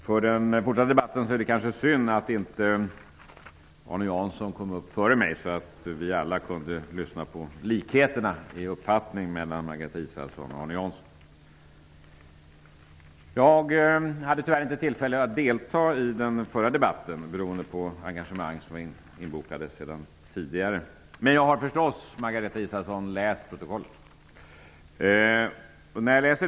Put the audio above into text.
För den fortsatta debatten är det kanske synd att Arne Jansson inte fick ordet före mig, så att vi alla kunde ta del av likheterna i uppfattning mellan Jag hade tyvärr inte tillfälle att delta i den förra debatten, beroende på engagemang som var inbokade tidigare. Men jag har förstås läst protokollet, Margareta Israelsson.